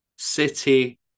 City